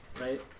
right